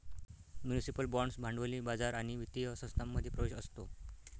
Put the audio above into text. municipal बाँड्सना भांडवली बाजार आणि वित्तीय संस्थांमध्ये प्रवेश असतो